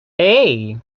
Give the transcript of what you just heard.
hey